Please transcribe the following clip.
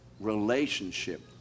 relationship